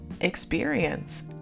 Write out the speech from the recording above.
experience